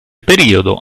periodo